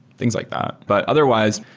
things like that. but, otherwise,